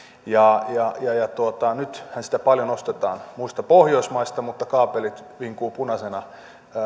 ja nythän sitä paljon ostetaan muista pohjoismaista mutta kaapelit vinkuvat punaisena